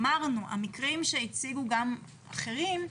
אמרנו, המקרים שהציגו גם אחרים,